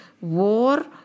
war